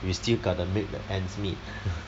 we still got to make the ends meet